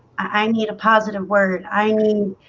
i need a positive word i mean,